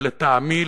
ולטעמי,